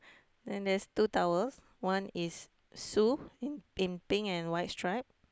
then there's two towels one is sue in pink and white stripe